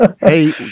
Hey